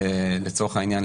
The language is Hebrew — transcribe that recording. לצורך העניין,